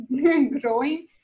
growing